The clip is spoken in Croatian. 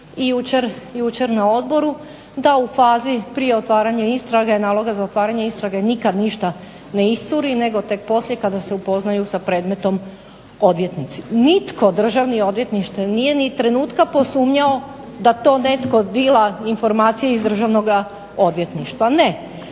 i jučer na odboru da u fazi prije otvaranja istrage, naloga za otvaranje istrage nikad ništa ne iscuri nego tek poslije kada se upoznaju sa predmetom odvjetnici. Nitko iz državnog odvjetništva nije ni trenutka posumnjao da to netko dila informacije iz državnoga odvjetništva. Ne,